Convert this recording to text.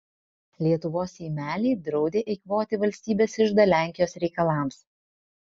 lietuvos seimeliai draudė eikvoti valstybės iždą lenkijos reikalams